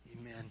Amen